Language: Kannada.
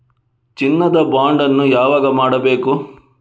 ಚಿನ್ನ ದ ಬಾಂಡ್ ಅನ್ನು ಯಾವಾಗ ಮಾಡಬೇಕು?